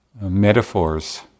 metaphors